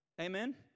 Amen